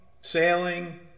sailing